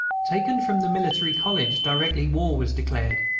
taken from the military college directly war was declared,